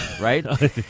right